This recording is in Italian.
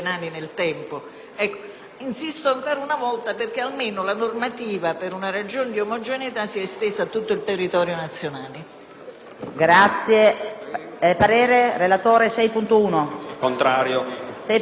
Insisto ancora una volta perché almeno la normativa, per una ragione di omogeneità, sia estesa a tutto il territorio nazionale.